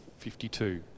52